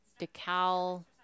Decal